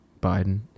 Biden